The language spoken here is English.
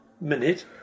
minute